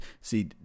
See